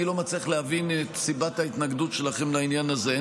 אני לא מצליח להבין את סיבת ההתנגדות שלכם לעניין הזה.